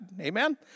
Amen